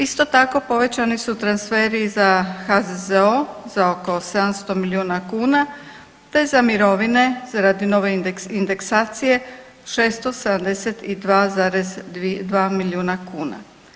Isto tako povećani su transferi za HZZO za oko 700 milijuna kuna te za mirovine radi nove indeksacije 672,2 milijuna kuna.